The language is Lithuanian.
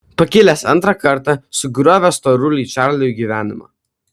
pakilęs antrą kartą sugriovė storuliui čarliui gyvenimą